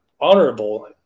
honorable